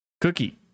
Cookie